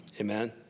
Amen